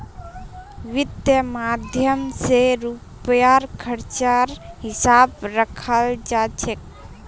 वित्त माध्यम स रुपयार खर्चेर हिसाब रखाल जा छेक